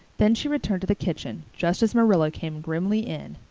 then she returned to the kitchen, just as marilla came grimly in,